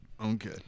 Okay